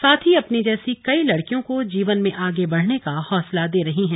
साथ ही अपनी जैसी कई लड़कियों को जीवन में आगे बढ़ने का हौसला दे रही हैं